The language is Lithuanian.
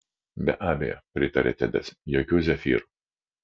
be abejo pritarė tedis jokių zefyrų